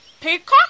peacock